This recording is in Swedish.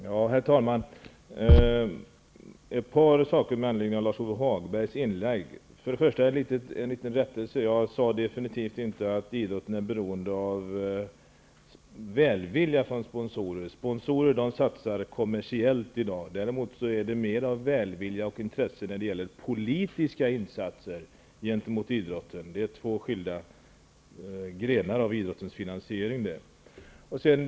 Herr talman! Låt mig få säga ett par saker med anledning av Lars-Ove Hagbergs inlägg. Först en liten rättelse. Jag sade definitivt inte att idrotten är beroende av välvilja från sponsorer. Sponsorer satsar kommersiellt i dag. Däremot är det mer av välvilja och intresse när det gäller politiska insatser gentemot idrotten. Det är två skilda grenar av idrottens finansiering.